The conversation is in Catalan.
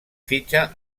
fitxa